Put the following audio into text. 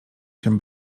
się